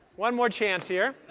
one more chance here.